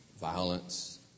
violence